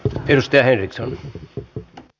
dyster ericson a